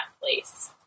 place